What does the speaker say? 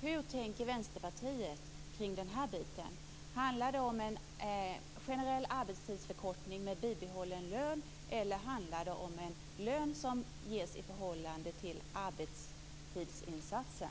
Hur tänker Vänsterpartiet kring den här biten? Handlar det om en generell arbetstidsförkortning med bibehållen lön, eller handlar det om en lön som ges i förhållande till arbetstiden?